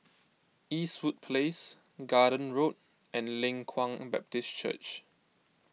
Eastwood Place Garden Road and Leng Kwang Baptist Church